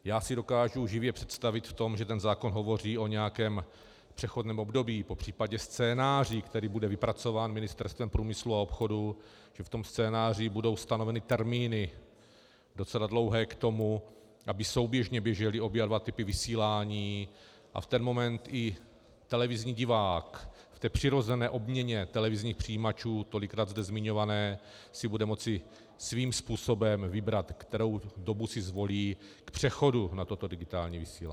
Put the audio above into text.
Já si dokážu živě představit to, že ten zákon hovoří o nějakém přechodném období, popř. scénáři, který bude vypracován Ministerstvem průmyslu a obchodu, a v tom scénáři budou stanoveny docela dlouhé termíny k tomu, aby souběžně běžely oba dva typy vysílání, a v ten moment i televizní divák v té přirozené obměně televizních přijímačů tolikrát zde zmiňované si bude moci svým způsobem vybrat, kterou dobu si zvolí k přechodu na toto digitální vysílání.